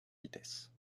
vitesse